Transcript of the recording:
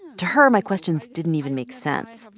to her, my questions didn't even make sense.